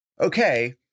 okay